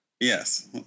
Yes